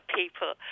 people